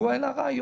הוא העלה רעיון.